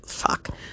fuck